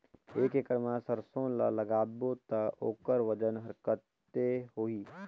एक एकड़ मा सरसो ला लगाबो ता ओकर वजन हर कते होही?